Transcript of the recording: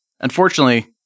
Unfortunately